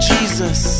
Jesus